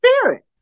spirit